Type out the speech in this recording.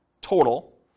total